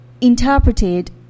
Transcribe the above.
interpreted